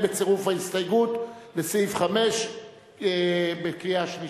בצירוף ההסתייגות בסעיף 5 בקריאה שלישית?